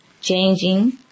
changing